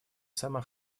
сама